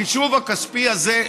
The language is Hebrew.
החישוב הכספי הזה,